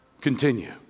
continue